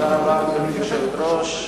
גברתי היושבת-ראש,